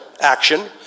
action